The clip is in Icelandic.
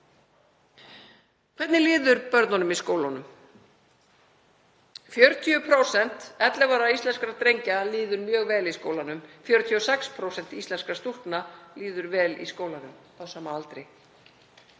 Hvernig líður börnunum í skólunum? 40% 11 ára íslenskra drengja líður mjög vel í skólanum. 46% íslenskra stúlkna líður vel í skólanum á sama aldri.